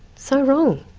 so wrong.